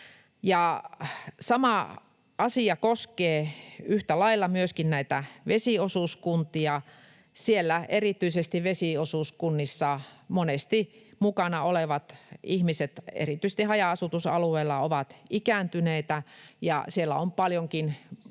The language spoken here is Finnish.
Sama asia koskee yhtä lailla myöskin näitä vesiosuuskuntia. Erityisesti siellä vesiosuuskunnissa monesti mukana olevat ihmiset, erityisesti haja-asutusalueilla, ovat ikääntyneitä, ja siellä on paljonkin